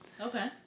Okay